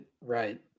right